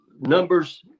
Numbers